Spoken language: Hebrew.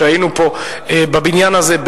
שהיינו פה בבניין הזה,